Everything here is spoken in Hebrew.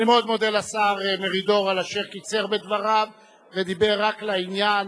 אני מאוד מודה לשר מרידור על אשר קיצר בדבריו ודיבר רק לעניין.